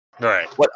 Right